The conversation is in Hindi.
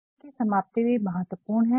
तोपत्र की समाप्ति भी महतवपूर्ण है